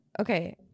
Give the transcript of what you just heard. Okay